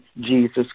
Jesus